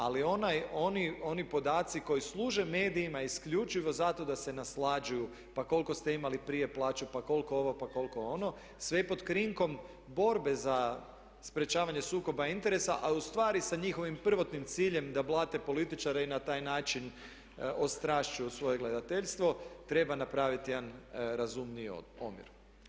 Ali oni podaci koji služe medijima isključivo zato da se naslađuju pa koliko ste imali prije plaću, pa koliko ovo, koliko ono sve pod krinkom borbe za sprječavanje sukoba interesa a ustvari sa njihovim prvotnim ciljem da blate političare i na taj način ostrašćuju svoje gledateljstvo treba napraviti jedan razumniji omjer.